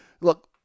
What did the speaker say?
look